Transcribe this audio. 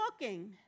looking